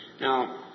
Now